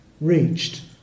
reached